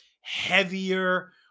heavier